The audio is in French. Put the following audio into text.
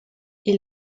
est